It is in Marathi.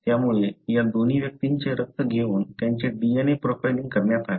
त्यामुळे या दोन्ही व्यक्तींचे रक्त घेऊन त्यांचे DNA प्रोफाइलिंग करण्यात आले